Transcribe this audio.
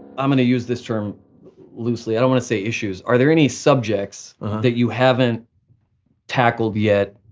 i'm gonna use this term loosely, i don't want to say issues. are there any subjects that you haven't tackled yet,